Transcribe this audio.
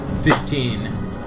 Fifteen